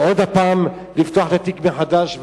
ועוד פעם לפתוח את התיק מחדש,